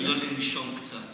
תני לו לנשום קצת.